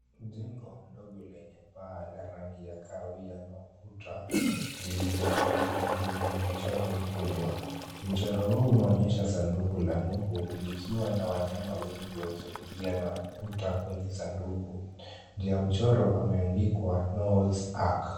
Jengo ndogo lenye paa ya kahawia na ukuta zilizopakwa rangi zenye michoro kubwa. Mchoro huu unaonyesha sanduku la nuhu likiwa na wanyama wengi wakiingia na ukuta kwenye sanduku. Juu ya mchoro pameandikwa [ca] Noah's Ark .